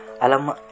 Alam